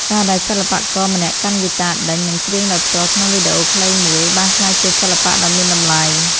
ការដែលសិល្បករម្នាក់កាន់ហ្គីតាដេញ និងច្រៀងដោយផ្ទាល់ក្នុងវីដេអូខ្លីមួយ បានក្លាយជាសិល្បៈដ៏មានតម្លៃ។